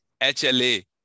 HLA